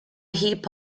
hip